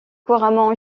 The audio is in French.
couramment